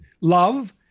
love